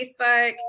Facebook